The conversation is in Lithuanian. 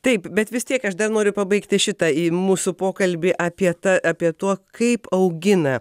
taip bet vis tiek aš dar noriu pabaigti šitą į mūsų pokalbį apie tą apie tuo kaip augina